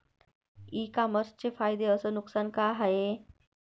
इ कामर्सचे फायदे अस नुकसान का हाये